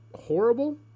horrible